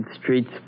streets